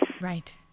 Right